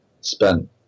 spent